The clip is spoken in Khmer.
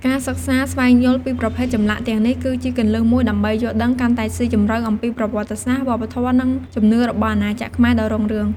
ការសិក្សាស្វែងយល់ពីប្រភេទចម្លាក់ទាំងនេះ គឺជាគន្លឹះមួយដើម្បីយល់ដឹងកាន់តែស៊ីជម្រៅអំពីប្រវត្តិសាស្ត្រ វប្បធម៌ និងជំនឿរបស់អាណាចក្រខ្មែរដ៏រុងរឿង។